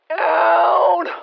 down